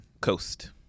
Coast